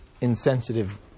insensitive